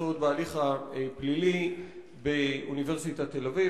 לזכויות בהליך הפלילי באוניברסיטת תל-אביב,